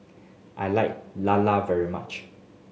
I like lala very much